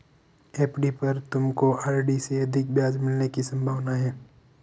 FD पर तुमको RD से अधिक ब्याज मिलने की संभावना है